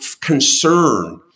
concern